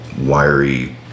Wiry